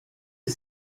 est